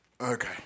Okay